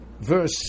verse